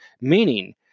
meaning